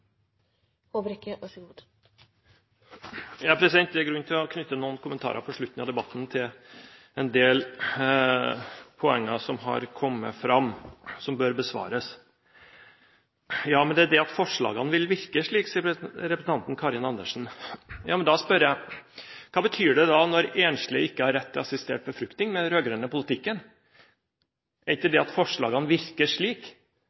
å knytte noen kommentarer til en del poeng som har kommet fram, og som bør besvares. Ja, men forslagene vil virke slik, sier representanten Karin Andersen. Ja, men da spør jeg: Hva betyr det da når enslige ikke har rett til assistert befruktning med den rød-grønne politikken? Er ikke